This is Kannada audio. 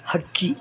ಹಕ್ಕಿ